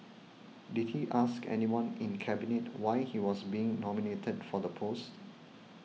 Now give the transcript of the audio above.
did he ask anyone in Cabinet why he was being nominated for the post